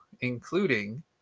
including